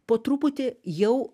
po truputi jau